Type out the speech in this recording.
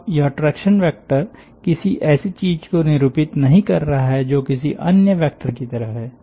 अब यह traction vector किसी ऐसी चीज़ को निरूपित नहीं कर रहा है जो किसी अन्य वेक्टर की तरह है